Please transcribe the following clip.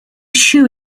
shoe